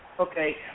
Okay